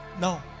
No